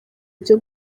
ibyo